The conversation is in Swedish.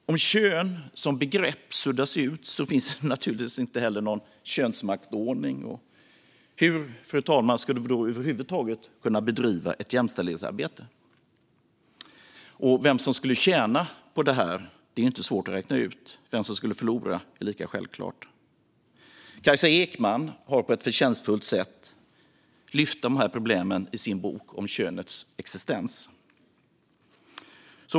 Om kön som begrepp suddas ut finns det naturligtvis inte heller någon könsmaktsordning. Hur ska vi då över huvud taget kunna bedriva ett jämställdhetsarbete? Vem som skulle tjäna på detta är inte svårt att räkna ut. Vem som skulle förlora är lika självklart. Kajsa Ekis Ekman har på ett förtjänstfullt sätt lyft fram dessa problem i sin bok Om könets existens .